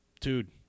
dude